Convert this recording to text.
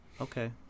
Okay